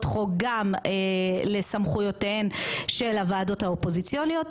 חוק גם לסמכויותיהן של הוועדות האופוזיציוניות.